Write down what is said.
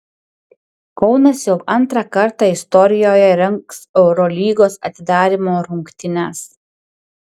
kaunas jau antrą kartą istorijoje rengs eurolygos atidarymo rungtynes